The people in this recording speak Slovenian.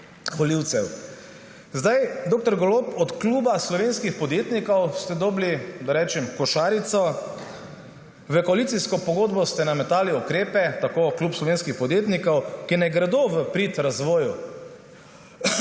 Dr. Golob, od Kluba slovenskih podjetnikov ste dobili, da rečem, košarico. V koalicijsko pogodbo ste nametali ukrepe − tako Klub slovenskih podjetnikov −, ki ne gredo v prid razvoju